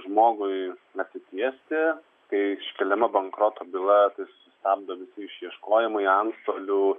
žmogui atsitiesti kai iškeliama bankroto byla sustabdomi išieškojimai antstolių